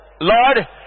Lord